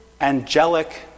angelic